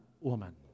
woman